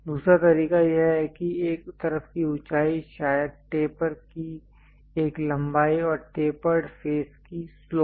दूसरा तरीका यह है कि एक तरफ की ऊँचाई शायद टेपर की एक लंबाई और टेपर्ड फेस की स्लोप